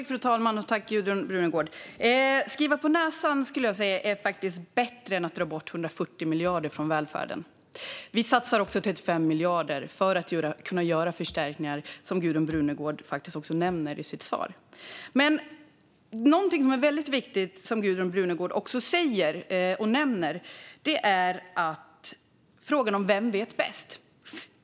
Fru talman! Jag skulle säga att det är bättre att skriva på näsan än att dra bort 140 miljarder från välfärden. Vi satsar också 35 miljarder för att kunna göra förstärkningar, vilket Gudrun Brunegård faktiskt nämnde i sitt svar. Någonting som är väldigt viktigt, och som Gudrun Brunegård också nämnde, är frågan om vem som vet bäst.